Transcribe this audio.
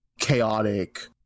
chaotic